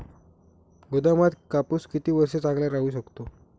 गोदामात कापूस किती वर्ष चांगला राहू शकतो?